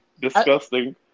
Disgusting